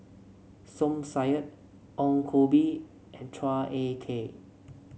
Som Said Ong Koh Bee and Chua Ek Kay